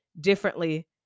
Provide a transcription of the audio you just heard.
differently